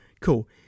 cool